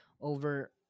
over